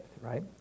right